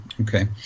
Okay